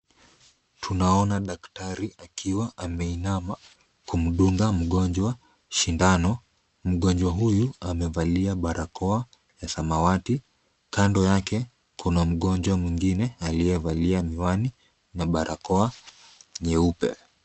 Tunaona daktari akiwa ameinama kumdunga mgonjwa sindano. Mgonjwa huyu amevalia barakoa ya samawati. Kando yake kuna mgonjwa mwingine aliyevalia miwani na barakoa nyeupe.